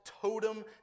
totem